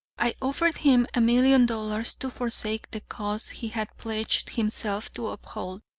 i offered him a million dollars to forsake the cause he had pledged himself to uphold.